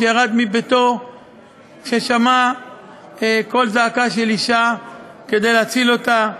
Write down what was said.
שירד מביתו כששמע קול זעקה של אישה כדי להציל אותה,